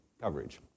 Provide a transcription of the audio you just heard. coverage